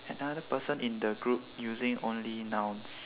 another person in the group using only nouns